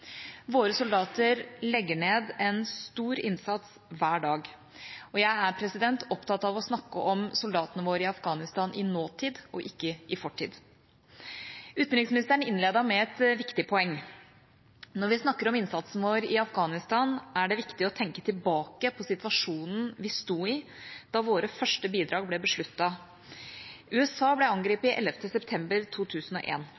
Våre soldater legger ned en stor innsats hver dag. Jeg er opptatt av å snakke om soldatene våre i Afghanistan i nåtid og ikke i fortid. Utenriksministeren innledet med et viktig poeng: Når vi snakker om innsatsen vår i Afghanistan, er det viktig å tenke tilbake på situasjonen vi sto i da våre første bidrag ble besluttet. USA